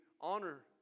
honor